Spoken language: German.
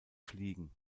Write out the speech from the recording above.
fliegen